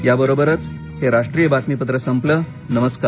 याबरोबरच हे राष्ट्रीय बातमीपत्र संपलं नमस्कार